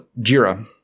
Jira